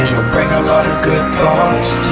bring a lot of good thoughts